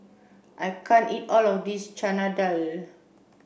I can't eat all of this Chana Dal